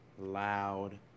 loud